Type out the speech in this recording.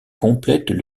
complètent